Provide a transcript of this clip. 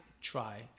try